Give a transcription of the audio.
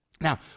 Now